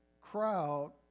crowd